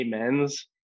amens